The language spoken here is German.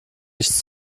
nichts